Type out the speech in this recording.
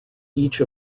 each